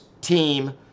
team